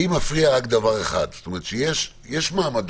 לי מפריע דבר אחד: יש מעמדות.